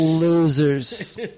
Losers